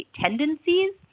tendencies